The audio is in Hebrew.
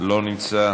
אינו נוכח,